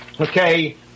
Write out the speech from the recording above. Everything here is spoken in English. okay